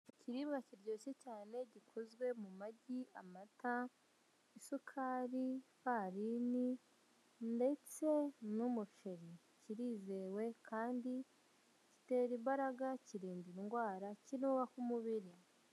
Ikiribwa kiryoshye cyane gikozwe mu magi amata, isukari, ifarini ndetse n'umuceri. Kirizewe kandi gitera imbaraga kirinda indwara kinubaka umubiri.